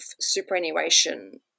superannuation